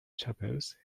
chapels